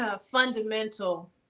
fundamental